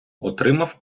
отримав